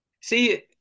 See